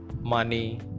money